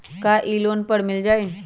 का इ लोन पर मिल जाइ?